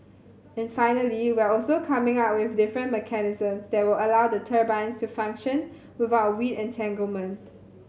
and finally we're also coming up with different mechanisms that will allow the turbines to function without weed entanglement